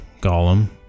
Gollum